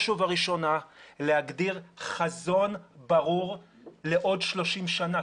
ובראשונה להגדיל חזון ברור לעוד 30 שנים.